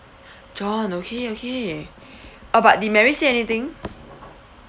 john okay okay uh but did mary say anything